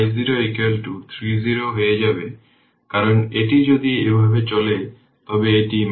আরও একটু দেখবেন যে সুইচ ওপেন বা ক্লোজ করার সময় দেখবেন যে t 0 বা t 0